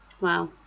Wow